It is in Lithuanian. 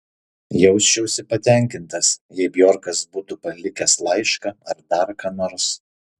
jausčiausi patenkintas jei bjorkas būtų palikęs laišką ar dar ką nors